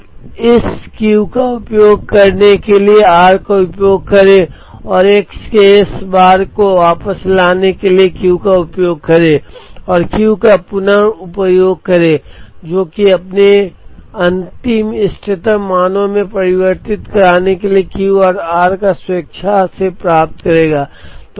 अब इस Q का उपयोग करने के लिए r का उपयोग करें और x के s बार को वापस लाने के लिए इस Q का उपयोग करें और Q का पुन उपयोग करें जो कि अपने अंतिम इष्टतम मानों में परिवर्तित करने के लिए Q और r को स्वेच्छा से प्राप्त करेगा